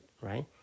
right